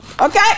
okay